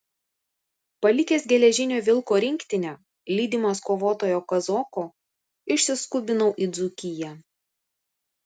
palikęs geležinio vilko rinktinę lydimas kovotojo kazoko išsiskubinau į dzūkiją